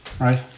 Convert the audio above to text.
Right